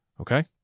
Okay